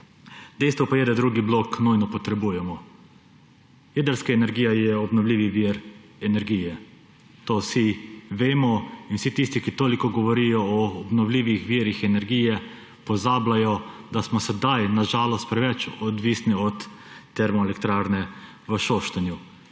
Dejstvo pa je, da drugi blok nujno potrebujemo. Jedrska energije je obnovljivi vir energije, to vsi vemo in vsi tisti, ki toliko govorijo o obnovljivih virih energije, pozabljajo, da smo sedaj na žalost preveč odvisni od termoelektrarne v Šoštanju.